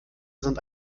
sind